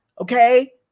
okay